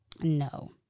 No